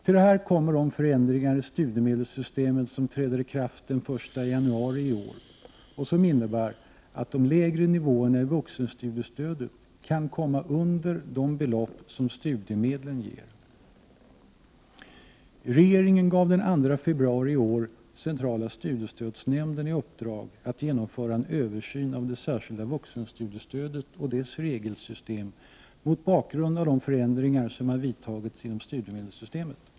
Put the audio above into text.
Till det kommer de förändringar i studiemedelssystemet som träder i kraft den 1 januari i år och som innebär att de lägre nivåerna i vuxenstudiestödet kan komma under de belopp som studiemedlen ger. Regeringen gav den 2 februari i år centrala studiestödsnämnden i uppdrag att genomföra en översyn av det särskilda vuxenstudiestödet och dess regelsystem mot bakgrund av de förändringar som har företagits inom studiemedelssystemet.